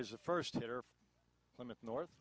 ties the first hitter limit north